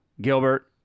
Gilbert